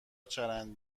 چرند